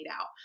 out